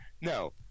No